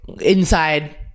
Inside